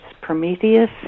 Prometheus